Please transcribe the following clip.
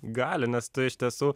gali nes tai iš tiesų